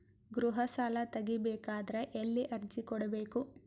ಗೃಹ ಸಾಲಾ ತಗಿ ಬೇಕಾದರ ಎಲ್ಲಿ ಅರ್ಜಿ ಕೊಡಬೇಕು?